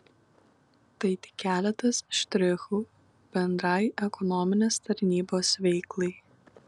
tai tik keletas štrichų bendrai ekonominės tarnybos veiklai